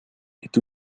ait